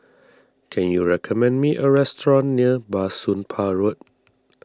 can you recommend me a restaurant near Bah Soon Pah Road